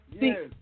yes